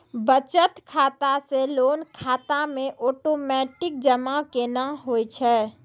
बचत खाता से लोन खाता मे ओटोमेटिक जमा केना होय छै?